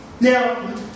Now